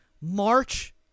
March